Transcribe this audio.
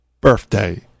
birthday